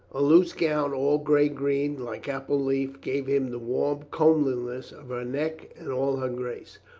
a loose gown, all gray green like apple leaf, gave him the warm comeliness of her neck and all her grace.